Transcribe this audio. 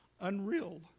unreal